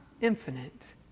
infinite